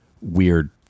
weird